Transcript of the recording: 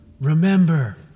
Remember